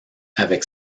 avec